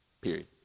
Period